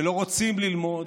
שלא רוצים ללמוד,